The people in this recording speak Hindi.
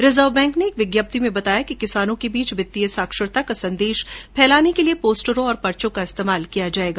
रिजर्व बैंक ने एक विज्ञप्ति में बताया कि किसानों के बीच वित्तीय साक्षरता का संदेश फैलाने के लिए पोस्टरों और पर्चो का इस्तेमाल किया जाएगा